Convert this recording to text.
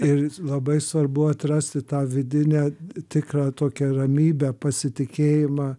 ir labai svarbu atrasti tą vidinę tikrą tokią ramybę pasitikėjimą